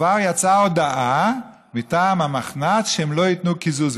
כבר יצאה הודעה מטעם המחנ"צ שהם לא ייתנו קיזוז.